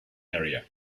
area